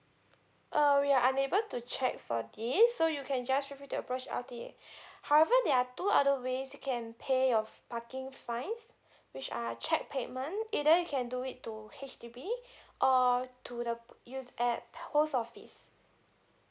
err we are unable to check for this so you can just refer or approach L_T_A however there are two other ways you can pay your parking fines which are cheque payment either you can do it to H_D_B or to the use at post office